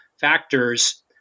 factors